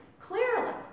Clearly